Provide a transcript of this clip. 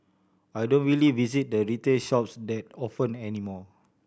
I don't really visit the retail shops that often anymore